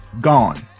gone